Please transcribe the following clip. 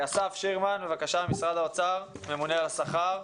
אסף שירמן ממשרד האוצר, ממונה על השכר.